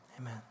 Amen